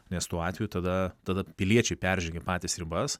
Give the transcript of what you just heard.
nes tuo atveju tada tada piliečiai peržengia patys ribas